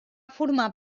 formar